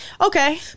Okay